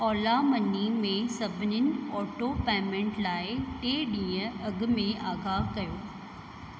Ola money में सभनी auto payment लाइ टे ॾींहं अॻिमें आगाह कयो